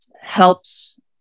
helps